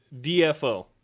DFO